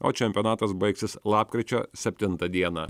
o čempionatas baigsis lapkričio septintą dieną